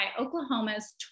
Oklahoma's